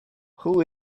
who